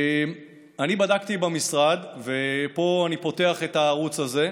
אני בדקתי במשרד, ופה אני פותח את הערוץ הזה: